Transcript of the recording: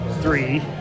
three